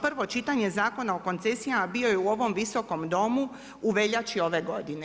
Prvo čitanje Zakona o koncesijama bio je u ovom Visokom domu u veljači ove godine.